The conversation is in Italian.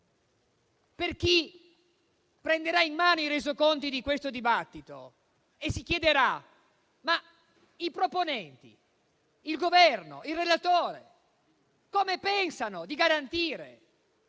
per chi prenderà in mano i Resoconti di questo dibattito e si chiederà come i proponenti, il Governo e il relatore pensano di garantire